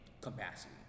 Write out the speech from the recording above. capacity